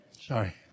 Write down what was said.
Sorry